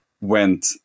went